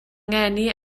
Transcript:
ngeni